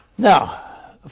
Now